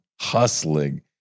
hustling